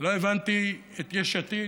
לא הבנתי את יש עתיד.